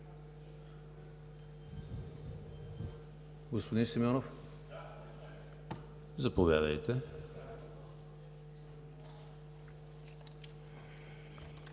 Господин Симеонов, заповядайте.